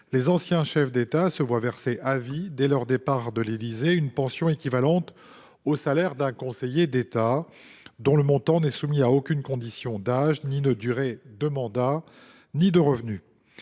les anciens chefs d’État se voient verser à vie, dès leur départ de l’Élysée, une pension équivalente au salaire d’un conseiller d’État, dont le montant n’est soumis à aucune condition d’âge, ni de durée de mandat, ni de revenus.